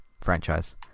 franchise